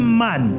man